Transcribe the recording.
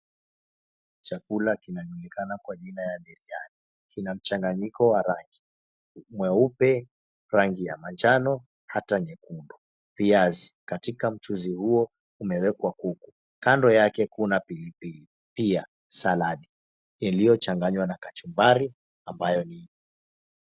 Chakula kinajulikana kwa jina la biriani kinamchanganyiko wa rangi mweupe, rangi ya manjano hata nyekundu, viazi katika mchuzi huo kumewekwa kuku kando yake kuna pilipili pia saladi iliyochanganywa na kachimbari ambayo ni.